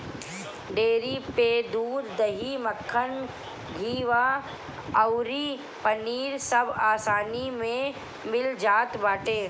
dairy पे दूध, दही, मक्खन, घीव अउरी पनीर अब आसानी में मिल जात बाटे